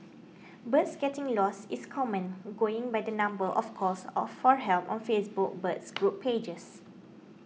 birds getting lost is common going by the number of calls or for help on Facebook birds group pages